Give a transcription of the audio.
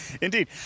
indeed